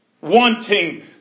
wanting